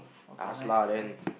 ask lah then